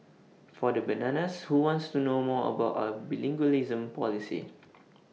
for the bananas who want to know more about our bilingualism policy